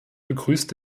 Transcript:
begrüßt